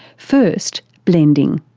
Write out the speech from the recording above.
first, blending.